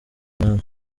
nkamwe